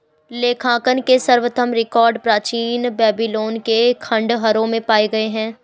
लेखांकन के सर्वप्रथम रिकॉर्ड प्राचीन बेबीलोन के खंडहरों में पाए गए हैं